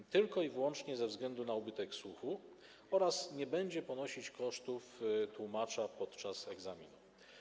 C tylko i wyłącznie ze względu na ubytek słuchu oraz nie będzie ponosić kosztów tłumacza podczas egzaminu.